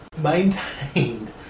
maintained